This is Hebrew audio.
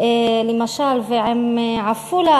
למשל, ועם עפולה.